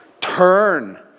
Turn